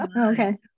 Okay